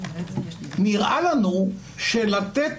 נראה לנו שלתת